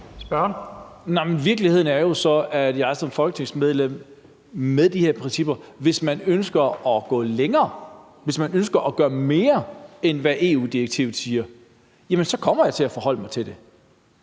(UFG): Virkeligheden er jo, at jeg som folketingsmedlem, når man med de her principper ønsker at gå længere og ønsker at gøre mere, end hvad EU-direktivet siger, kommer til at forholde mig til det.